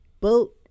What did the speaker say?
boat